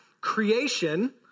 Creation